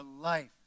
life